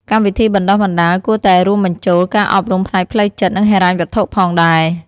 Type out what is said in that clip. កម្មវិធីបណ្ដុះបណ្ដាលគួរតែរួមបញ្ចូលការអប់រំផ្នែកផ្លូវចិត្ត និងហិរញ្ញវត្ថុផងដែរ។